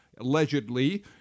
allegedly